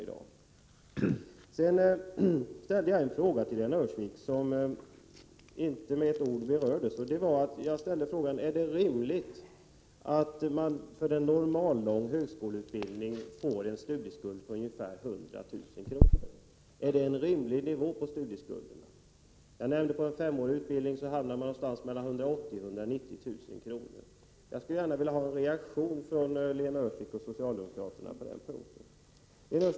Vidare ställde jag till Lena Öhrsvik en fråga som hon inte med ett ord berörde: Är det rimligt att man för en normallång högskoleutbildning får en studieskuld på ungefär 100 000 kr.? Är det en rimlig nivå på en studieskuld? Jag nämnde också att man för en femårig utbildning får en studieskuld på 180 000-190 000 kr. Jag vill gärna få en reaktion från Lena Öhrsvik och socialdemokraterna i övrigt på den punkten.